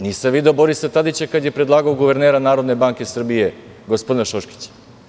Nisam video Borisa Tadića kada je predlagao guvernera NBS, gospodina Šoškića.